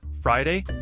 friday